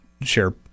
share